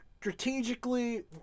strategically